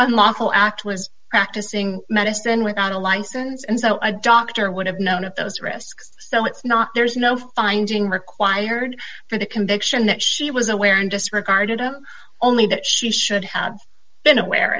unlawful act was practicing medicine without a license and so i doctor would have known of those risks so it's not there's no finding required for the conviction that she was aware and disregarded up only that she should have been aware